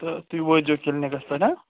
تہٕ تُہۍ وٲتۍزیو کِلنِکس پٮ۪ٹھ ہاں